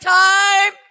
time